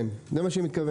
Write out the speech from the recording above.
כן, זה מה שהיא מתכוונת.